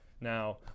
now